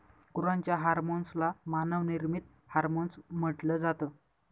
गुरांच्या हर्मोन्स ला मानव निर्मित हार्मोन्स म्हटल जात